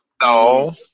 No